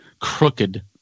crooked